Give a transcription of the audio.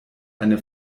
eine